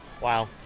Wow